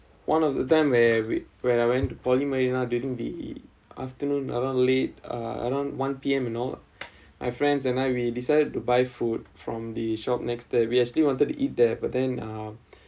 one of the time where we when I went to poly marina during the afternoon around late uh around one P_M you know my friends and I we decided to buy food from the shop next that we actually wanted to eat there but then um